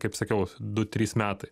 kaip sakiau du trys metai